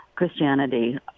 Christianity